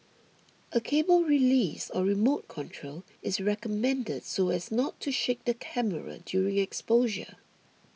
a cable release or remote control is recommended so as not to shake the camera during exposure